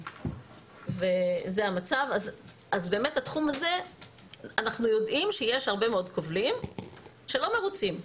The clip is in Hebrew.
אז בתחום הזה אנחנו יודעים שיש הרבה מאוד קובלים שלא מרוצים,